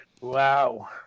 Wow